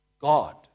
God